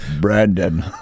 Brandon